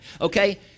okay